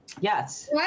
Yes